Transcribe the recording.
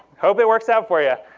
hope it works out for yeah